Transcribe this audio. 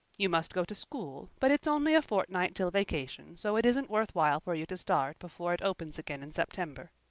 you must go to school but it's only a fortnight till vacation so it isn't worth while for you to start before it opens again in september.